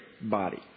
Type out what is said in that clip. body